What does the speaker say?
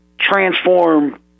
transform